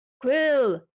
Quill